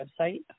website